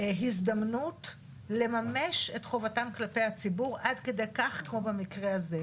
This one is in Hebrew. הזדמנות לממש את חובתם כלפי הציבור עד כדי-כך כמו במקרה הזה,